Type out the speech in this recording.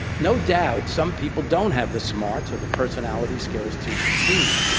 no doubt, some people don't have the smarts or the personality skills to succeed.